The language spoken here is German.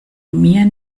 mir